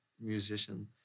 musician